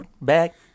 back